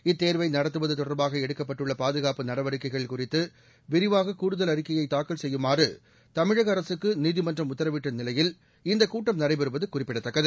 இத்தேர்வை நடத்துவது தொடர்பாக எடுக்கப்பட்டுள்ள பாதுகாப்பு நடவடிக்கைகள் குறித்து விரிவான கூடுதல் அறிக்கையை தாக்கல் செய்யுமாறு தமிழக அரசுக்கு நீதிமன்றம் உத்தரவிட்ட நிலையில் இந்த கூட்டம் நடைபெறுவது குறிப்பிடத்தக்கது